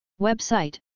Website